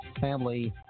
family